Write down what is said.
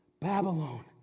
Babylon